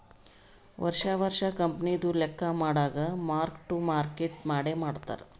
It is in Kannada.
ವರ್ಷಾ ವರ್ಷಾ ಕಂಪನಿದು ಲೆಕ್ಕಾ ಮಾಡಾಗ್ ಮಾರ್ಕ್ ಟು ಮಾರ್ಕೇಟ್ ಮಾಡೆ ಮಾಡ್ತಾರ್